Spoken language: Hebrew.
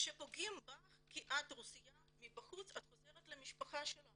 כשפוגעים בך כי את רוסייה מבחוץ את חוזרת למשפחה שלך